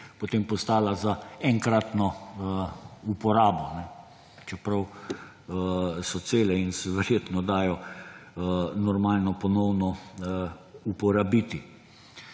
potem postala za enkratno uporabo, čeprav so cele in se verjetno dajo normalno, ponovno, uporabiti.